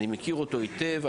אני מכיר אותו היטב,